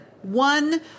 one